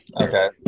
Okay